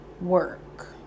work